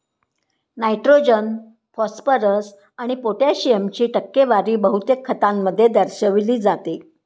nitrogen, phosphorus आणि पोटॅशियमची टक्केवारी बहुतेक खतांमध्ये दर्शविली जाते